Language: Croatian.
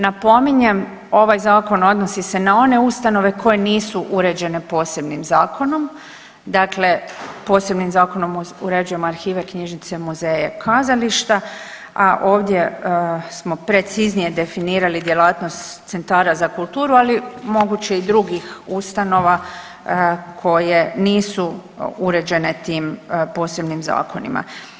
Napominjem ovaj zakon odnosi se na one ustanove koje nisu uređene posebnim zakonom, dakle posebnim zakonom uređujemo arhive, knjižnice, muzeje i kazališta, a ovdje smo preciznije definirali djelatnost centara za kulturu, ali moguće i drugih ustanova koje nisu uređene tim posebnim zakonima.